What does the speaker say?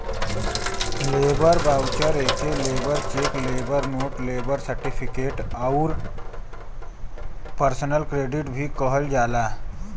labour voucher एके labour cheque, labour note, labour certificate आउर personal credit भी कहल जाला